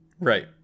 Right